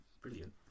brilliant